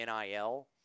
NIL